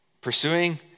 Pursuing